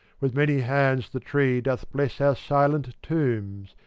with many hands the tree doth bless our silent tombs,